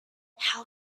how